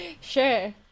Sure